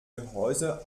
gehäuse